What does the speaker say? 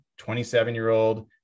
27-year-old